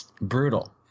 brutal